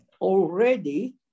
already